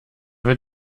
wird